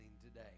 today